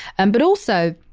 and but also,